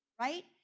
right